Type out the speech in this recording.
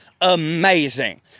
amazing